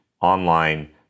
Online